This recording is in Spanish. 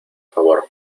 favor